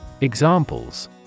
examples